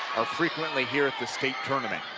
are frequently here at the state tournament.